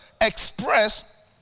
express